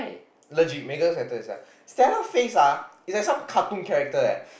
legit Megan's better than Stalla Stella's face ah is like some cartoon character eh